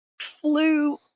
flew